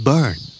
Burn